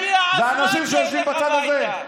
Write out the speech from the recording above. הם האנשים שיושבים בצד הזה.